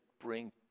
bring